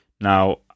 Now